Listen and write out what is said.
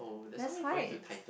that's why it's